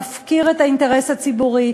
מפקיר את האינטרס הציבורי.